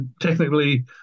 technically